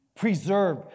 Preserve